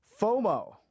FOMO